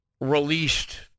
released